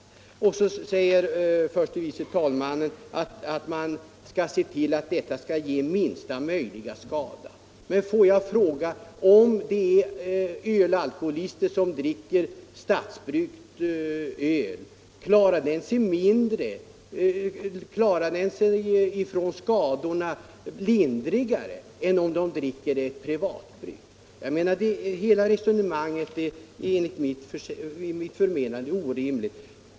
Så säger förste vice talmannen att man skall se till att detta skall göra — Förvärv av aktier i minsta möjliga skada. Men får jag fråga: Om ölalkoholister dricker stats — AB Pripps Bryggeribryggt öl, får de lindrigare skador än om de dricker privatbryggt öl? er Hela resonemanget är enligt mitt förmenande orimligt.